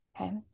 okay